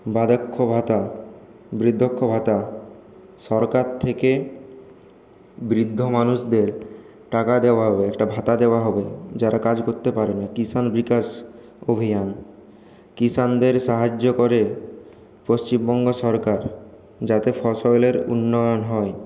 বার্ধক্য ভাতা ভাতা সরকার থেকে বৃদ্ধ মানুষদের টাকা দেওয়া হবে একটা ভাতা দেওয়া হবে যারা কাজ করতে পারবে কিষাণ বিকাশ অভিযান কিষাণদের সাহায্য করে পশ্চিমবঙ্গ সরকার যাতে ফসলের উন্নয়ন হয়